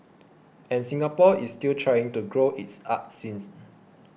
and Singapore is still trying to grow its arts scenes